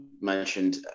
mentioned